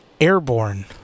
Airborne